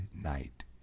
night